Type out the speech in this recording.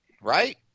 right